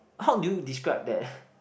how do you describe that